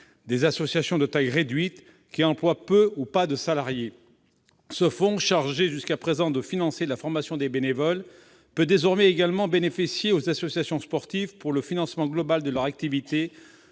aux associations de taille réduite qui emploient peu ou pas de salariés. Ce fonds, chargé jusqu'à présent de financer la formation des bénévoles, peut désormais également bénéficier aux associations sportives pour le financement global de leurs activités